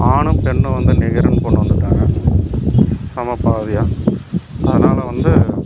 ஆணும் பெண்ணும் வந்து நிகர்னு கொண்டு வந்துட்டாங்க சம பாதியாக அதனால வந்து